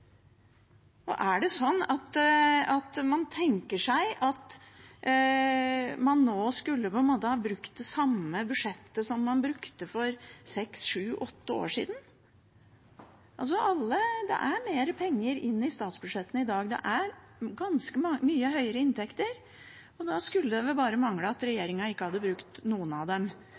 Er det sånn at man tenker seg at man skulle brukt det samme budsjettet som man brukte for seks, sju eller åtte år siden? Det er mer penger inn i statsbudsjettet i dag, det er ganske mye høyere inntekter, og da skulle det bare mangle at regjeringen ikke hadde brukt noen av dem